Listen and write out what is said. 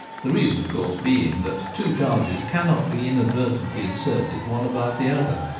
the reason of course being that two charges cannot be inadvertently inserted one above the other,